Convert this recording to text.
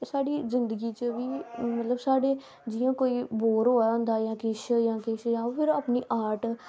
साढ़ी जिन्दगी च बी मतलव साढ़े जियां कोई बोर होआ दा होंदा जां किश जां फिर अपनी आर्ट